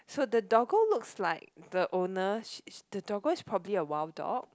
so the doggo looks like the owner sh~ the doggo is probably a wild dog